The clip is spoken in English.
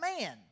man